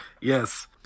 yes